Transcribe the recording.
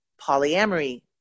polyamory